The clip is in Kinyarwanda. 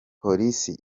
polisi